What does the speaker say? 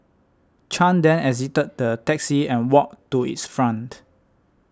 Chan then exited the taxi and walked to its front